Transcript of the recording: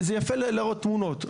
זה יפה להראות תמונות,